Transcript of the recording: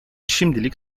şimdilik